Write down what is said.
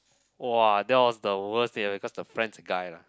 !wah! that was the worst date because the friend's a guy lah